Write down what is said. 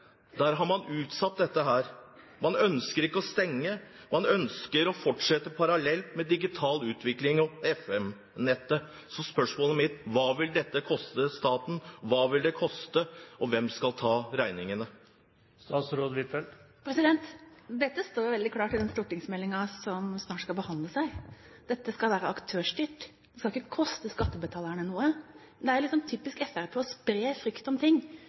Der har man utsatt dette. Man ønsker ikke å stenge. Man ønsker å fortsette parallelt med digital utvikling og FM-nettet. Spørsmålet mitt blir: Hva vil dette koste staten? Hva vil det koste, og hvem skal ta regningen? Det står veldig klart i den stortingsmeldingen som snart skal behandles her, at dette skal være aktørstyrt. Det skal ikke koste skattebetalerne noe. Det er typisk Fremskrittspartiet å spre frykt om ting